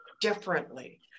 differently